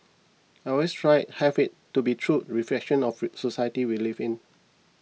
I always tried have it to be true reflection of society we live in